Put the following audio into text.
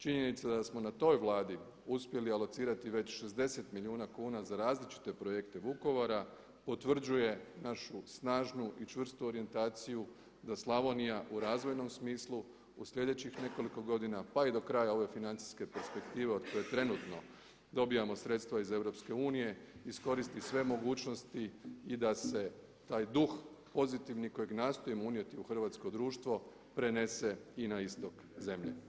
Činjenica da smo na toj Vladi uspjeli alocirati već 60 milijuna kuna za različite projekte Vukovara potvrđuje našu snažnu i čvrstu orijentaciju da Slavonija u razvojnom smislu u sljedećih nekoliko godina pa i do kraja ove financijske perspektive od koje trenutno dobivamo sredstva iz EU iskoristi sve mogućnosti i da se taj duh pozitivni kojeg nastojimo unijeti u hrvatsko društvo prenese i na istok zemlje.